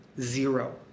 zero